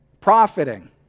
Profiting